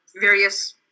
various